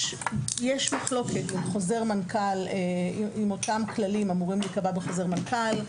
יש מחלוקת עם חוזר מנכ"ל אם אותם כללים אמורים להיקבע בחוזר מנכ"ל.